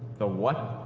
the what?